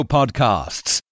Podcasts